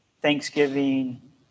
thanksgiving